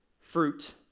fruit